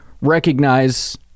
recognize